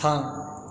थां